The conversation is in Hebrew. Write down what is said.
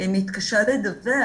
מתקשה לדווח,